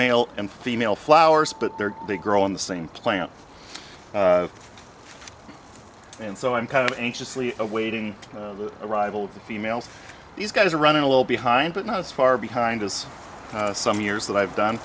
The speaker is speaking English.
male and female flowers but they're they grow in the same plant and so i'm kind of anxiously awaiting the arrival of the females these guys are running a little behind but not as far behind as some years that i've done